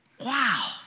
Wow